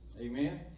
amen